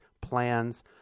plans